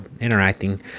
interacting